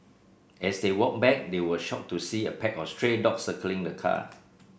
as they walked back they were shocked to see a pack of stray dogs circling the car